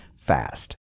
fast